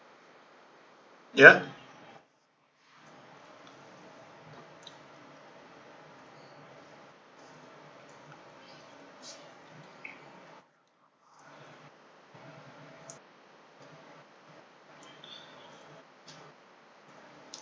ya